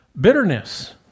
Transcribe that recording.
bitterness